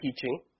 teaching